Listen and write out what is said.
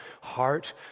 heart